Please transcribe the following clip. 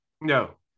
No